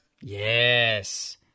Yes